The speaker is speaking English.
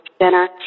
center